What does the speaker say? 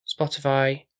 Spotify